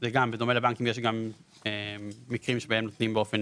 בדומה לבנקים יש גם מקרים בהם נו תנים באופן